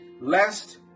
lest